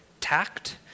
tact